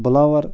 blower